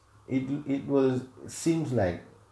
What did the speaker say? it will it will seems like